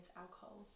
alcohol